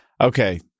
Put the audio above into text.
okay